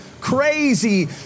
crazy